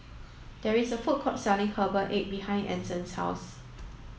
there is a food court selling herbal egg behind Anson's house